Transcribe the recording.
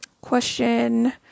question